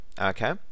okay